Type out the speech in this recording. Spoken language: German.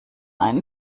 einen